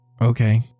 okay